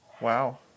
Wow